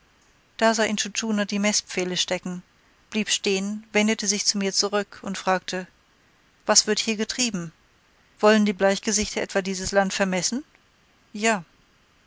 da sah intschu tschuna die meßpfähle stecken blieb stehen wendete sich zu mir zurück und fragte was wird hier getrieben wollen die bleichgesichter etwa dieses land vermessen ja